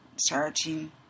searching